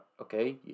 okay